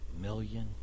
million